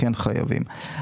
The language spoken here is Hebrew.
חייבים.